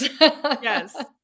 Yes